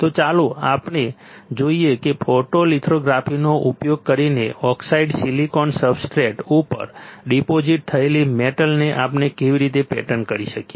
તો ચાલો આપણે જોઈએ કે ફોટોલિથોગ્રાફીનો ઉપયોગ કરીને ઓક્સાઇડ સિલિકોન સબસ્ટ્રેટ ઉપર ડિપોઝિટ થયેલી મેટલને આપણે કેવી રીતે પેટર્ન કરી શકીએ